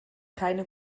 keine